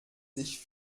sich